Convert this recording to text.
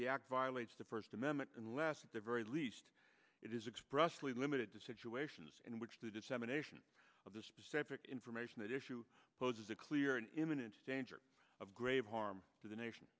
the act violates the first amendment unless the very least it is expressed are limited to situations in which the dissemination of the specific information that issue poses a clear and imminent danger of grave harm to the nation